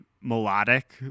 melodic